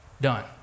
done